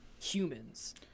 humans